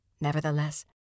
Nevertheless